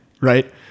Right